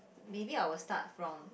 maybe I will start from